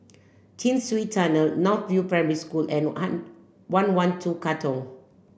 Chin Swee Tunnel North View Primary School and one one two Katong